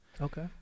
Okay